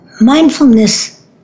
Mindfulness